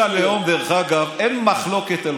את דיברת על